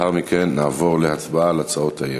לאחר מכן נעבור להצבעה על הצעות האי-אמון.